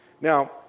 Now